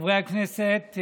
חברי הכנסת,